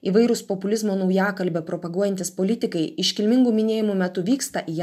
įvairūs populizmo naujakalbio propaguojantys politikai iškilmingų minėjimų metu vyksta į